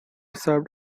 served